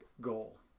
goal